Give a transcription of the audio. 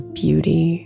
beauty